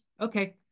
Okay